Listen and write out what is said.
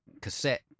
cassette